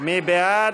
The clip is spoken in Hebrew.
להצביע.